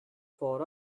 for